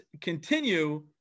continue